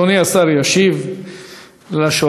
אדוני השר ישיב לשואלים.